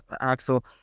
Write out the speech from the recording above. Axel